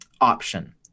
option